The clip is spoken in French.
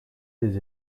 des